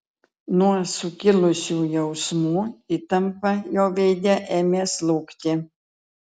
nuo sukilusių jausmų įtampa jo veide ėmė slūgti